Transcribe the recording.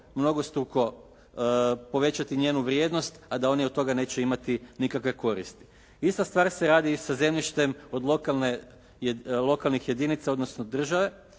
mnogostruko povećati njenu vrijednost, a da oni od toga neće imati nikakve koristi. Ista stvar se radi i sa zemljištem od lokalnih jedinica, odnosno države,